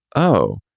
oh,